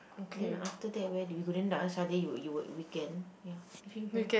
then after that where did we go then the other Sunday you were you were weekend ya